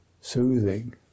soothing